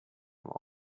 law